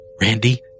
Randy